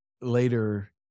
later